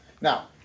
Now